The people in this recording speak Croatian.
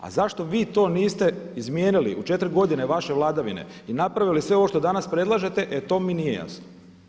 A zašto vi to niste izmijenili u 4 godine vaše vladavine i napravili sve ovo što danas predlažete e to mi nije jasno.